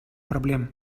проблем